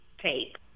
tape